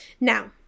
Now